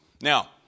Now